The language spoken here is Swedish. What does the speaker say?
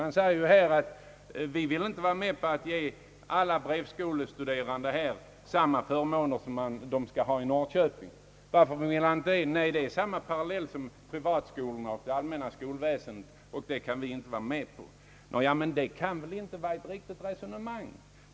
Man säger att man inte vill vara med om att ge alla brevskolestuderande samma förmåner som de vuxna studerande i Norrköping. Varför "vill man inte det? Jo, ni anser att vi här har en parallell till förhållandet mellan privat skolorna och det allmänna skolväsendet, och det vill man inte vara med om att fortsätta med. Detia kan ju inte vara ett riktigt resonemang.